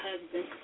husband